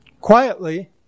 quietly